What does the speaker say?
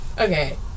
Okay